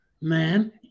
man